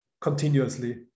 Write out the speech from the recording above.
continuously